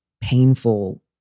painful